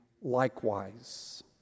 Likewise